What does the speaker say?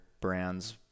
brands